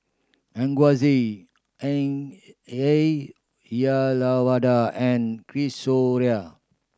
Aurangzeb Ayyalawada and